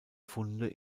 funde